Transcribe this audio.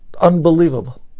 Unbelievable